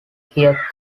hire